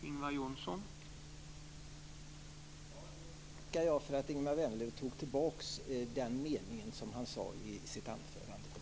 Herr talman! Då tackar jag för att Ingemar Vänerlöv tog tillbaka den formulering som han hade i sitt anförande.